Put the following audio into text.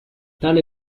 tale